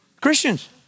Christians